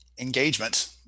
engagement